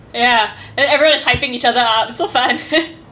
ya then everyone is hyping each other up so fun